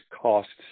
costs